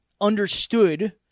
understood